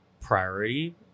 priority